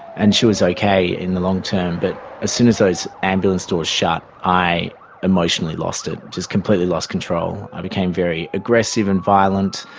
and she was okay in the long term. but as soon as those ambulance doors shut i emotionally lost it, just completely lost control, i became very aggressive and violent,